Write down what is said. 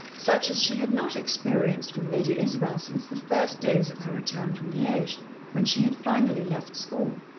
such as she had not experienced from lady isabel since the first days of her return from liege, when she had finally left school.